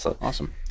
awesome